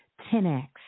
10x